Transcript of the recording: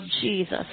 Jesus